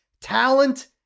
talent